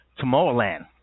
Tomorrowland